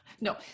no